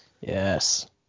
yes